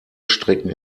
strecken